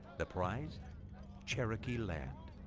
the prize cherokee land.